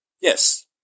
Yes